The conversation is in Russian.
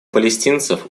палестинцев